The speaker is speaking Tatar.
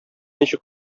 ничек